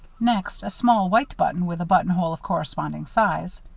next, a small white button with a buttonhole of corresponding size.